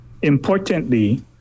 Importantly